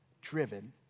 driven